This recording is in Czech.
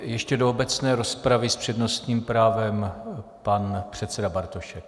Ještě do obecné rozpravy s přednostním právem pan předseda Bartošek.